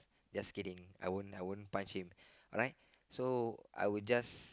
just kidding I won't I won't punch him alright so I would just